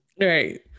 Right